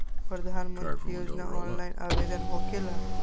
प्रधानमंत्री योजना ऑनलाइन आवेदन होकेला?